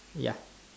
ya